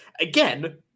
again